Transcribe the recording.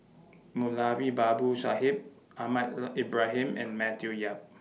Moulavi Babu Sahib Ahmad Ibrahim and Matthew Yap